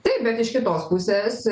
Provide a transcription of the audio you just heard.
taip bet iš kitos pusės